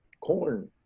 corn,